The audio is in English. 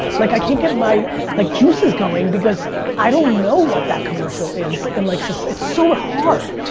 like i can't get my like juices going because i don't know what that commercial is. and like so it's so hard.